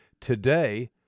Today